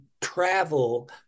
travel